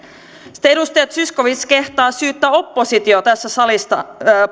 sitten edustaja zyskowicz kehtaa syyttää oppositiota tässä salissa